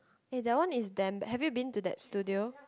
eh that one is damn have you been to that studio